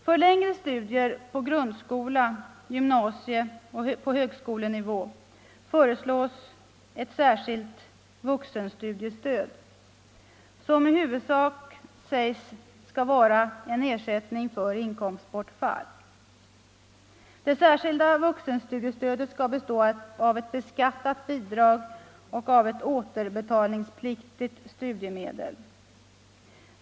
För längre studier på grundskole-, gymnasieoch högskolenivå föreslås ett särskilt vuxenstudiestöd som i huvudsak sägs skall vara en ersättning för inkomstbortfall. Det särskilda vuxenstudiestödet skall bestå av ett beskattat bidrag och en återbetalningspliktig studiemedelsdel.